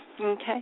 Okay